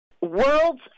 world's